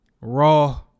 raw